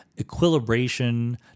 equilibration